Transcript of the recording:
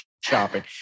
shopping